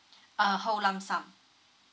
uh whole lump sum